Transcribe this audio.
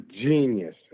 genius